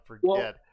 forget